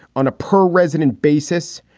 on a per resident basis,